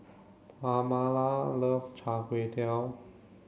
Pamala loves Char Kway Teow